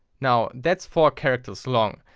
now that's four characters long,